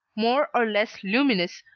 more or less luminous,